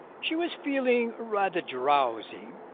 she was feeling rather drowsy,